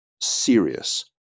serious